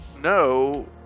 no